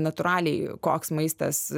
natūraliai koks maistas